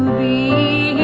the